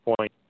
point